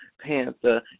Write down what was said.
Panther